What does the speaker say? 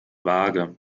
vage